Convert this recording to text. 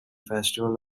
festival